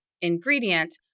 ingredient